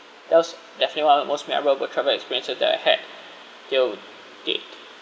that was definitely one of the most memorable travel experiences that I had till date